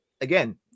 again